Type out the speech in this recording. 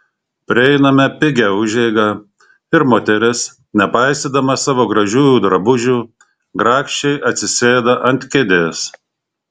prieiname pigią užeigą ir moteris nepaisydama savo gražiųjų drabužių grakščiai atsisėda ant kėdės